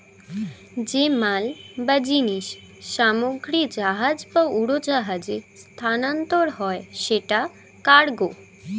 যে মাল বা জিনিস সামগ্রী জাহাজ বা উড়োজাহাজে স্থানান্তর হয় সেটা কার্গো